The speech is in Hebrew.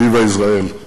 ויווה ישראל.